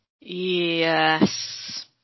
yes